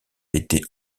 été